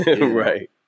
Right